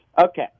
Okay